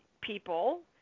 people